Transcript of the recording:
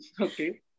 Okay